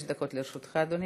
חמש דקות לרשותך, אדוני.